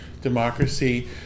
democracy